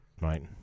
Right